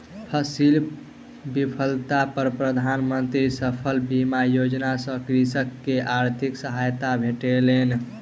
फसील विफलता पर प्रधान मंत्री फसल बीमा योजना सॅ कृषक के आर्थिक सहायता भेटलै